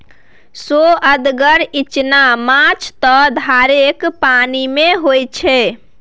सोअदगर इचना माछ त धारेक पानिमे होए छै